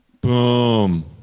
Boom